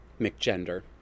Mcgender